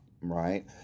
right